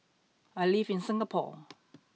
I live in Singapore